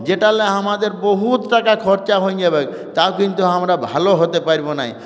যেটাতে আমাদের বহু টাকা খরচা হয়ে যাবেক তাও কিন্তু আমরা ভালো হতে পারব না